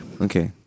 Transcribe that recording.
okay